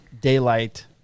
daylight